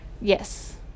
yes